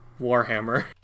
warhammer